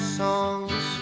songs